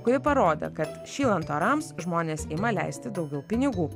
kuri parodė kad šylant orams žmonės ima leisti daugiau pinigų